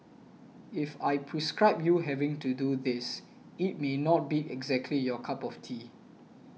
if I prescribe you having to do this it may not be exactly your cup of tea